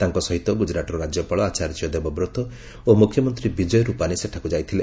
ତାଙ୍କ ସହିତ ଗୁକ୍ତରାଟ୍ର ରାଜ୍ୟପାଳ ଆଚାର୍ଯ୍ୟ ଦେବବ୍ରତ ଓ ମୁଖ୍ୟମନ୍ତ୍ରୀ ବିଜୟ ରୂପାନୀ ସେଠାକୁ ଯାଇଥିଲେ